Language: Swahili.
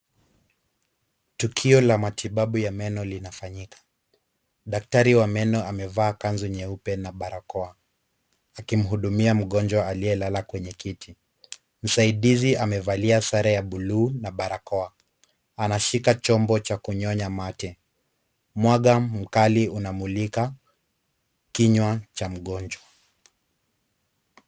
Tukio la matibabu ya meno linafanyika. Daktari wa meno amevaa kanzu nyeupe na barakoa, akimhudumia mgonjwa aliyelala kwenye kiti. Msaidizi amevalia sare ya bluu na barakoa. Anashika chombo cha kunyonya mate. Mwanga mkali unamulika kinywa cha mgonjwa.